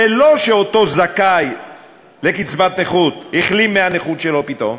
זה לא שאותו זכאי לקצבת נכות החלים מהנכות שלו פתאום,